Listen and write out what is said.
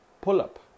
pull-up